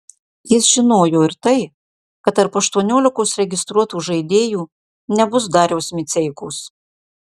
jis žinojo ir tai kad tarp aštuoniolikos registruotų žaidėjų nebus dariaus miceikos